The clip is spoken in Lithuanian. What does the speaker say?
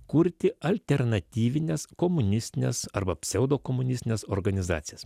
kurti alternatyvines komunistines arba pseudokomunistines organizacijas